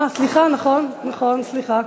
סליחה, נכון, נצביע.